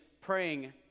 praying